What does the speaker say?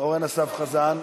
אורן אסף חזן.